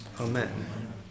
Amen